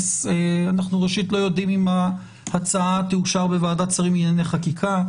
אנחנו ראשית לא יודעים אם ההצעה תאושר בוועדת שרים לענייני חקיקה,